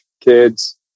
kids